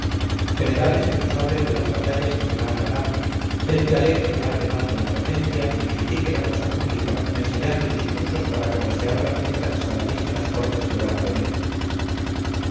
generales que nos hablen de las batallas que se van a ganar gente alegre que hable mal de la regencia y critique la cosa pública ensayando discursos para cuando se abran esas saladísimas cortes que van a venir